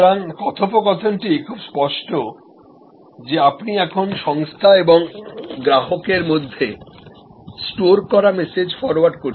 সুতরাং খুব স্পষ্ট যে এখন সংস্থা এবং গ্রাহকের মধ্যে যে সংলাপ সেটা আগে থেকে স্টোর করা মেসেজ ফরোয়ার্ড নয়